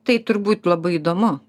tai turbūt labai įdomu